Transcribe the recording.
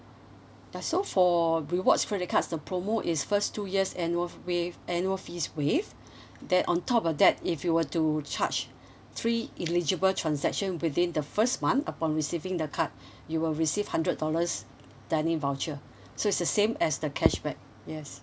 uh so for rewards credit cards the promo is first two years annual waive annual fees waived then on top of that if you were to charge three eligible transaction within the first month upon receiving the card you will receive hundred dollars dining voucher so it's the same as the cashback yes